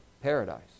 paradise